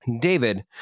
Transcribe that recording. David